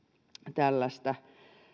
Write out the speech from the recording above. tällaista